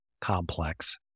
complex